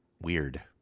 weird